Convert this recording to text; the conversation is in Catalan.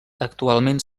actualment